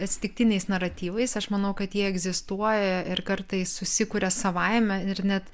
atsitiktiniais naratyvais aš manau kad jie egzistuoja ir kartais susikuria savaime ir net